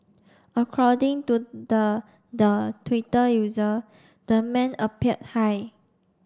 according to the the Twitter user the man appeared high